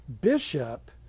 bishop